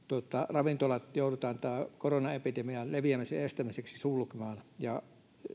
ravintolat joudutaan tämän koronaepidemian leviämisen estämiseksi sulkemaan ja